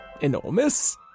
enormous